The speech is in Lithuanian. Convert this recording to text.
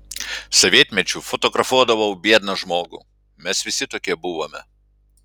sovietmečiu fotografuodavau biedną žmogų mes visi tokie buvome